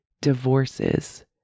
divorces